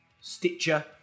Stitcher